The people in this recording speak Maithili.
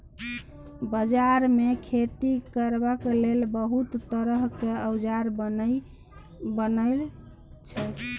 बजार मे खेती करबाक लेल बहुत तरहक औजार बनई छै